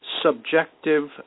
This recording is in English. subjective